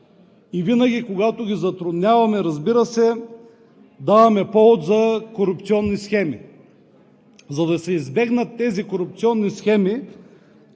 Винаги когато ги затрудняваме, разбира се, даваме повод за корупционни схеми. За да се избегнат тези корупционни схеми,